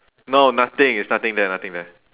no nothing it's nothing there nothing there